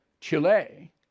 Chile